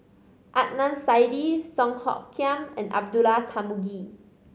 Adnan Saidi Song Hoot Kiam and Abdullah Tarmugi